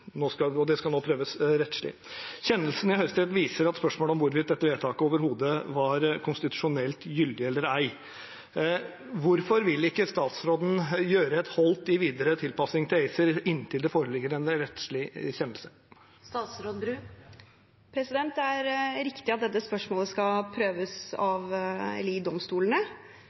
hvorvidt dette vedtaket overhodet var konstitusjonelt gyldig eller ei. Hvorfor vil ikke statsråden gjøre et holdt i videre tilpasning til ACER inntil det foreligger en rettslig kjennelse? Det er riktig at dette spørsmålet skal prøves i domstolene.